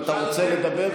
אם אתה רוצה לדבר,